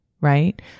right